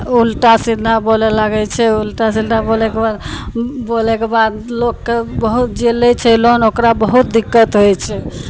उल्टा सीधा बोल लागय छै उल्टा सीधा बोलयके बाद बोलयक बाद लोकके बहुत जे लै छै लोन ओकरा बहुत दिक्कत होइ छै